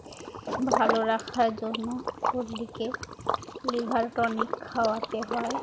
ভালো রাখার জন্য লিভার টনিক খাওয়াতে হয়